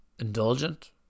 indulgent